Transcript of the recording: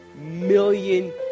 million